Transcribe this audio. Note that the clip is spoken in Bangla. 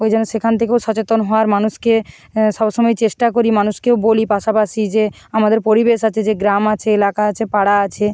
ওই জন্য সেখান থেকেও সচেতন হওয়ার মানুষকে সবসময় চেষ্টা করি মানুষকেও বলি পাশাপাশি যে আমাদের পরিবেশ আছে যে গ্রাম আছে এলাকা আছে পাড়া আছে